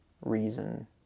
reason